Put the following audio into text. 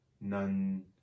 none